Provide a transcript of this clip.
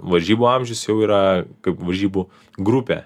varžybų amžius jau yra kaip varžybų grupę